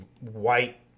white